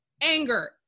anger